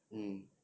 mm